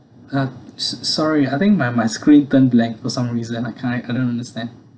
!huh! so~ sorry I think my my screen turned blank for some reason I can't I couldn't understand